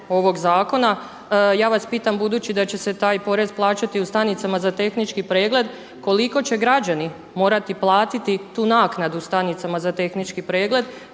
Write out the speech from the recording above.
ovog zakona ja vas pitam budući da će se taj porez plaćati u stanicama za tehnički pregled, koliko će građani morati platiti tu naknadu stanicama za tehnički pregled